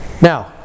Now